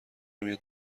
میاد